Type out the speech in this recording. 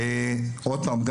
עוד פעם,